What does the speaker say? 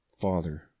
father